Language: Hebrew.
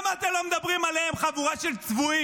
מדבר על הסתה?